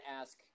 ask